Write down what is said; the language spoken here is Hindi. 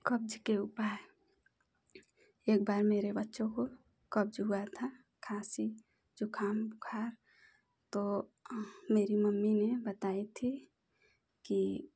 कब्ज़ के उपाय एक बार मेरे बच्चों को कब्ज़ हुआ था खाँसी ज़ुख़ाम बुख़ार तो मेरी मम्मी ने बताई थी कि